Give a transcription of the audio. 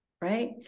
right